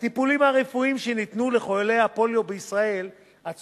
הטיפולים הרפואיים שניתנו לחולי הפוליו בישראל עד